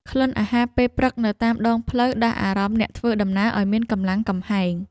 ក្លិនអាហារពេលព្រឹកនៅតាមដងផ្លូវ ដាស់អារម្មណ៍អ្នកធ្វើដំណើរឱ្យមានកម្លាំងកំហែង។